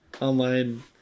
online